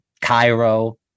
Cairo